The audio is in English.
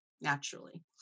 naturally